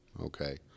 okay